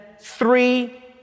three